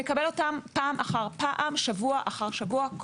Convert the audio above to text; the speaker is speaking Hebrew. מקבל אותן פעם אחר פעם, שבוע אחר שבוע.